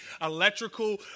electrical